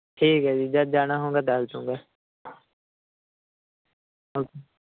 ਠੀਕ ਹੈ ਜੀ ਜਦੋਂ ਜਾਣਾ ਹੋਉਂਗਾ ਦਸ ਦੂੰਗਾ ਓਕੇ